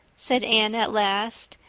said anne at last,